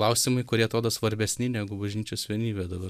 klausimai kurie atrodo svarbesni negu bažnyčios vienybė dabar